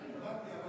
הבנתי.